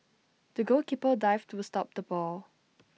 the goalkeeper dived to stop the ball